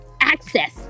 access